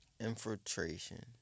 Infiltration